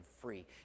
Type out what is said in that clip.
free